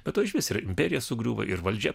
be to išvis ir imperija sugriūva ir valdžia